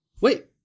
Wait